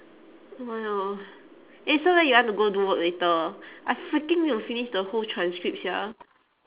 eh so where you want to go do work later I freaking need to finish the whole transcript sia